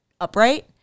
upright